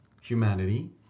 humanity